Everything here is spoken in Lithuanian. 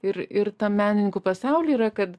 ir ir tam menininkų pasauly yra kad